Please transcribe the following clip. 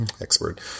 expert